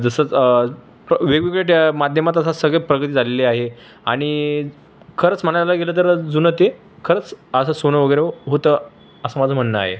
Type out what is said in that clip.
जसं वेगवेगळे ते माध्यमात सगळं प्रगती झालेली आहे अणि खरंच म्हणायला गेलं तर जुनं ते खरंच असं सोनं वगैरे होतं असं माझं म्हणणं आहे